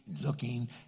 looking